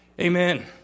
Amen